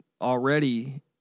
already